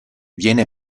viene